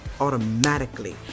automatically